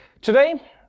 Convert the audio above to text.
Today